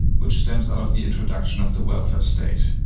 which stems out of the introduction of the welfare state.